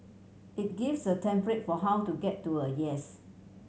it gives a template for how to get to a yes